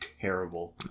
terrible